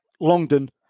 Longdon